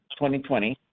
2020